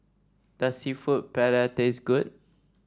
does seafood Paella taste good